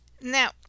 now